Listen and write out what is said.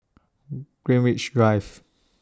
Greenwich Drive